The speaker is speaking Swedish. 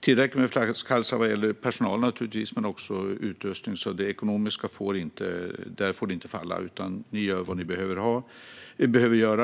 tillräckligt med flaskhalsar vad gäller personal men också utrustning. Det får inte falla på det ekonomiska. Ni gör vad ni behöver göra.